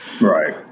right